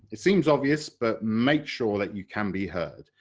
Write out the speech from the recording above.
it seems obvious, but make sure that you can be heard.